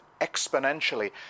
exponentially